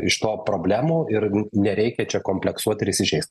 iš to problemų ir nu nereikia čia kompleksuot ir įsižeist